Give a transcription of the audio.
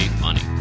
money